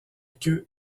queue